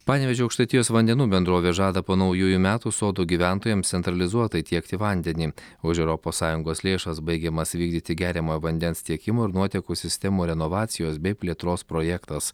panevėžio aukštaitijos vandenų bendrovė žada po naujųjų metų sodų gyventojams centralizuotai tiekti vandenį už europos sąjungos lėšas baigiamas įvykdyti geriamojo vandens tiekimo ir nuotekų sistemų renovacijos bei plėtros projektas